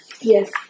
Yes